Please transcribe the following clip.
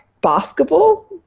basketball